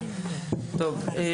טוב,